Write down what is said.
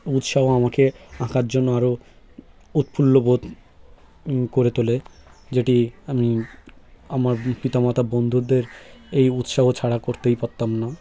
উৎসাহ আমাকে আঁকার জন্য আরও উৎফুল্ল বোধ করে তোলে যেটি আমি আমার পিতামাতা বন্ধুদের এই উৎসাহ ছাড়া করতেই পারতাম না